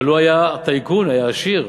אבל הוא היה טייקון, היה עשיר.